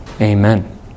Amen